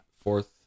fourth